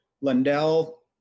Lundell